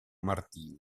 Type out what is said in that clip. martino